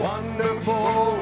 Wonderful